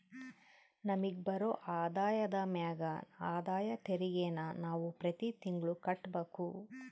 ನಮಿಗ್ ಬರೋ ಆದಾಯದ ಮ್ಯಾಗ ಆದಾಯ ತೆರಿಗೆನ ನಾವು ಪ್ರತಿ ತಿಂಗ್ಳು ಕಟ್ಬಕು